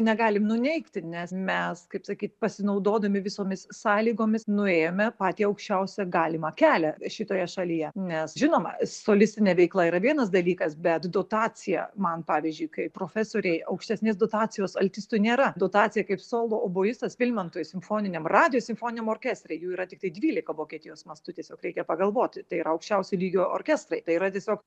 negalim nuneigti nes mes kaip sakyt pasinaudodami visomis sąlygomis nuėjome patį aukščiausią galimą kelią šitoje šalyje nes žinoma solistinė veikla yra vienas dalykas bet dotacija man pavyzdžiui kaip profesorei aukštesnės dotacijos altistui nėra dotacija kaip solo obojistas vilmantui simfoniniam radijo simfoniniam orkestre jų yra tiktai dvylika vokietijos mastu tiesiog reikia pagalvot tai yra aukščiausio lygio orkestrai tai yra tiesiog